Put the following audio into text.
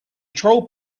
troll